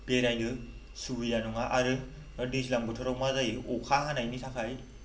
बेरायनो सुबिदा नङा आरो दैज्लां बोथोराव मा जायो अखा हानायनि थाखाय